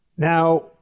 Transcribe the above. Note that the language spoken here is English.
Now